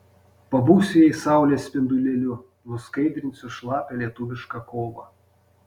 pabūsiu jai saulės spindulėliu nuskaidrinsiu šlapią lietuvišką kovą